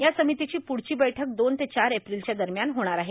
या समितीची प्ढची बैठक दोन ते चार एप्रिलच्या दरम्यान होणार आहे